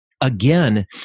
again